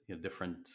different